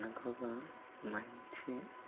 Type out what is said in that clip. నాకొక మంచి